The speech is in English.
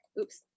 oops